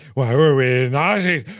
why were we nazis?